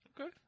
Okay